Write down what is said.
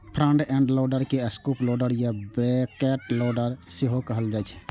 front end loader के scoop loader या bucket loader सेहो कहल जाइ छै